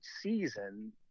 season